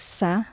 sa